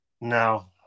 No